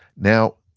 now,